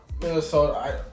Minnesota